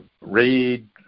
read